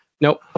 nope